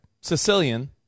Sicilian